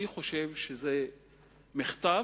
אני חושב שזה מחטף,